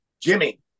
Jimmy